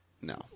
no